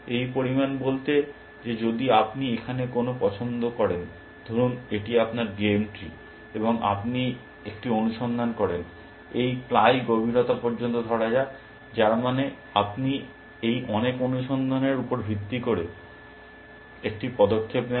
এই পরিমাণ বলতে যে যদি আপনি এখানে কোনো পছন্দ করেন ধরুন এটি আপনার গেম ট্রি এবং আপনি একটি অনুসন্ধান করেন এই প্লাই গভীরতা পর্যন্ত ধরা যাক যার মানে আপনি এই অনেক অনুসন্ধানের উপর ভিত্তি করে একটি পদক্ষেপ নেন